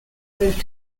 moved